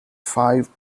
five